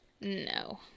No